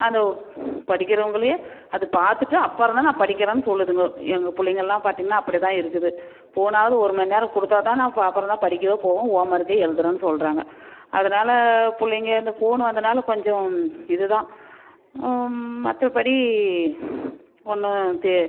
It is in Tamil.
அந்த படிக்கிறவங்களே அது பார்த்துட்டு அப்புறம் தான் நான் படிக்கிறேன்னு சொல்லுதுங்க எங்கள் பிள்ளைங்கெல்லாம் பார்த்தீங்கன்னா அப்படி தான் இருக்குது ஃபோனாவது ஒரு மணி நேரம் கொடுத்தா தான் நான் ப அப்புறம் தான் படிக்கவே போவேன் ஹோம்வொர்க்கு எழுதுறேன்னு சொல்கிறாங்க அதனால் பிள்ளைங்க இந்த ஃபோன் வந்தனால் கொஞ்சம் இது தான் மற்றபடி ஒன்றும் தெ